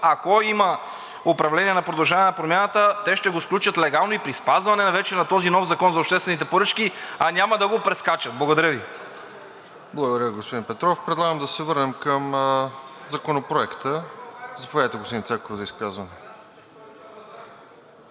ако има управление на „Продължаваме Промяната“, те ще го сключат легално и при спазване вече на този нов Закон за обществените поръчки, а няма да го прескачат. Благодаря Ви. ПРЕДСЕДАТЕЛ РОСЕН ЖЕЛЯЗКОВ: Благодаря, господин Петров. Предлагам да се върнем към Законопроекта. Заповядайте, господин Цеков, за изказване.